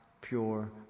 pure